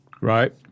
Right